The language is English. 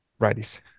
Righties